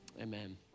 amen